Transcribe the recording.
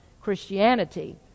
Christianity